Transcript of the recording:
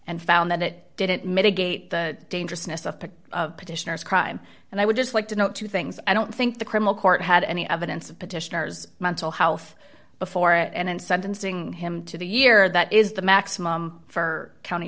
and found that it didn't mitigate the dangerousness of petitioners crime and i would just like to know two things i don't think the criminal court had any evidence of petitioners mental health before and sentencing him to the year that is the maximum for county